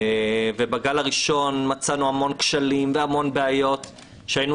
בגל הראשון מצאנו המון כשלים ובעיות שהיינו